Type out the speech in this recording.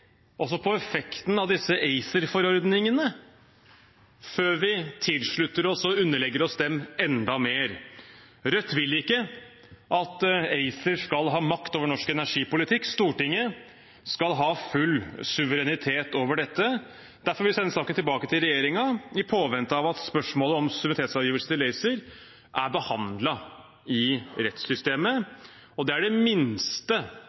på effekten av disse ACER-forordningene før vi tilslutter oss og underlegger oss dem enda mer? Rødt vil ikke at ACER skal ha makt over norsk energipolitikk – Stortinget skal ha full suverenitet over dette. Derfor vil vi sende saken tilbake til regjeringen i påvente av at spørsmålet om suverenitetsavgivelse til ACER er behandlet i rettssystemet. Det er det minste